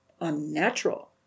unnatural